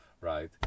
right